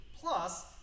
Plus